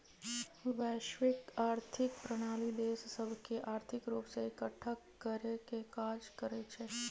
वैश्विक आर्थिक प्रणाली देश सभके आर्थिक रूप से एकठ्ठा करेके काज करइ छै